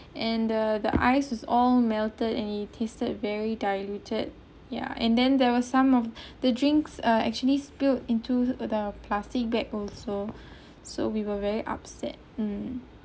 and the the ice was all melted and it tasted very diluted ya and then there was some of the drinks ah actually spilled into the plastic bag also so we were very upset mm